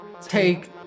Take